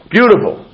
Beautiful